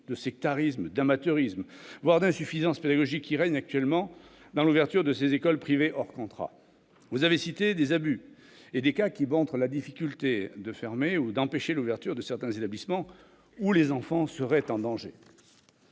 de sectarisme, d'amateurisme, voire d'insuffisance pédagogique » qui règnent actuellement dans l'ouverture de ces écoles privées hors contrat. Vous avez cité des abus et des cas qui montrent la difficulté de fermer ou d'empêcher l'ouverture de certains établissements où les enfants seraient en danger.